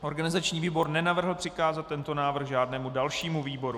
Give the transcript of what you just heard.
Organizační výbor nenavrhl přikázat tento návrh žádnému dalšímu výboru.